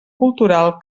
cultural